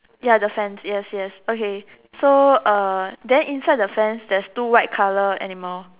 ya the fence yes yes yes okay so uh then inside the fence there's two white colour animal